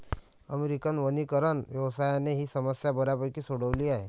American वनीकरण व्यवसायाने ही समस्या बऱ्यापैकी सोडवली आहे